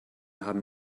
haben